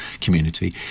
community